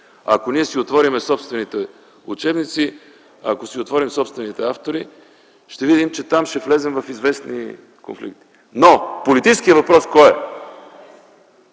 Ако ние си отворим собствените учебници, ако си отворим собствените автори, ще видим, че там ще влезем в известни конфликти. Но политическият въпрос кой е?